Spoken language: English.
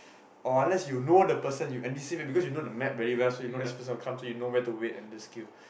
or unless you know the person you anticipate because you know the map very well so you just wait and just kill